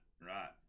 right